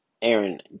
Aaron